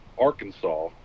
Arkansas